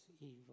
evil